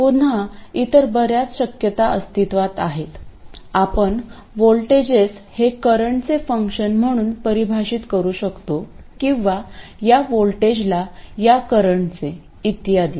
पुन्हा इतर बर्याच शक्यता अस्तित्वात आहेत आपण व्होल्टेजस हे करंटचे फंक्शन म्हणून परिभाषित करू शकतो किंवा या व्होल्टेजला या करंटचे इत्यादी